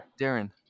darren